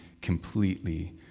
completely